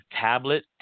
tablet